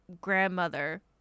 grandmother